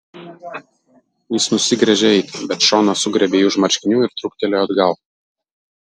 jis nusigręžė eiti bet šona sugriebė jį už marškinių ir trūktelėjo atgal